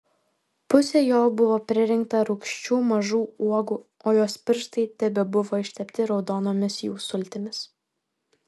pusė jo buvo pririnkta rūgščių mažų uogų o jos pirštai tebebuvo ištepti raudonomis jų sultimis